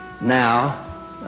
now